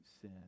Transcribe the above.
sin